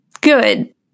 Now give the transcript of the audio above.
Good